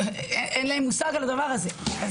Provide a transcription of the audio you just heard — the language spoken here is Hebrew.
אין להם מושג על הדבר הזה.